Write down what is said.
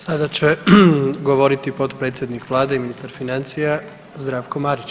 Sada će govoriti potpredsjednik Vlade i ministar financija Zdravko Marić.